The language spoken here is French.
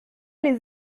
les